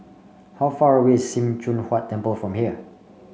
how far away is Sim Choon Huat Temple from here